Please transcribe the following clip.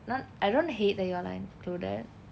then I don't hate that you online to that